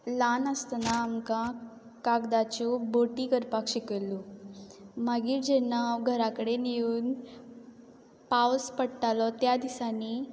ल्हान आसतना आमकां कागदाच्यो बोटी करपाक शिकयल्यो मागीर जेन्ना हांव घरा कडेन येवन पावस पडटालो त्या दिसांनी